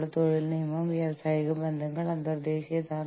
ഒരു മിനിറ്റ് നിങ്ങൾക്ക് ഈ പുസ്തകത്തിൽ ശ്രദ്ധ കേന്ദ്രീകരിക്കാം